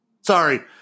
Sorry